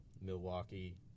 Milwaukee